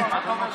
תודה רבה.